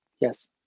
Yes